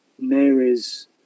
Mary's